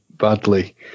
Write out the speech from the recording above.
Badly